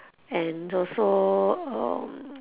and also um